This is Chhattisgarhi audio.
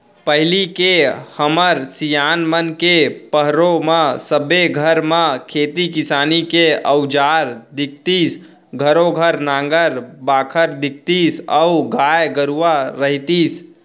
पहिली के हमर सियान मन के पहरो म सबे घर म खेती किसानी के अउजार दिखतीस घरों घर नांगर बाखर दिखतीस अउ गाय गरूवा रहितिस